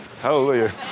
Hallelujah